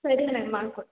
ಸರಿ ಮ್ಯಾಮ್ ಮಾಡ್ಕೊಡ್ತೀನಿ